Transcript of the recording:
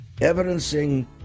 evidencing